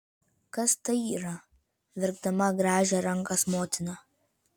kas tai yra verkdama grąžė rankas motina